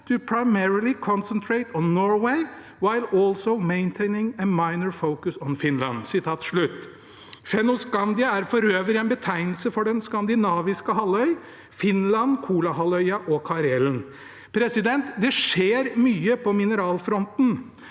to primarily concentrate on Norway, while also maintaining a minor focus on Finland.» Fennoskandia er for øvrig en betegnelse på den skandinaviske halvøy, Finland, Kolahalvøya og Karelen. Det skjer mye på mineralfronten.